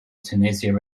tunisia